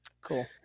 Cool